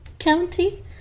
county